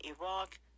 Iraq